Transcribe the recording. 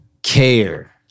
care